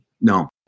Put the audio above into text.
No